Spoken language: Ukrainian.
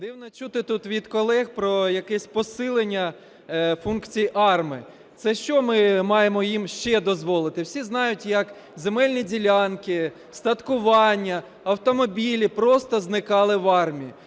Дивно чути тут від колег про якесь посилення функцій АРМА. Це що ми маємо їм ще дозволити? Всі знають, як земельні ділянки, устаткування, автомобілі просто зникали в АРМА.